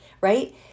right